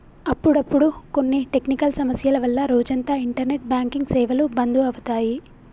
అప్పుడప్పుడు కొన్ని టెక్నికల్ సమస్యల వల్ల రోజంతా ఇంటర్నెట్ బ్యాంకింగ్ సేవలు బంధు అవుతాయి